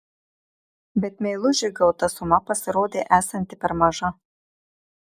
bet meilužiui gauta suma pasirodė esanti per maža